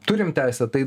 turim teisę tai